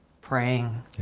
praying